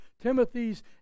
Timothy's